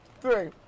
Three